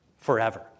forever